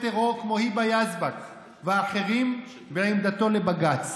טרור כמו היבה יזבק ואחרים בעמדתו לבג"ץ.